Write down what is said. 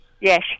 Yes